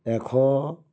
এশ